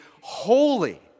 holy